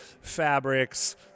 fabrics